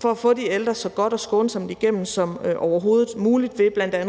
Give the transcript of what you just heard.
for at få de ældre så godt og skånsomt igennem som overhovedet muligt ved bl.a.